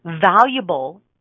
valuable